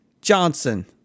Johnson